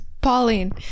Pauline